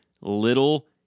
little